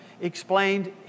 explained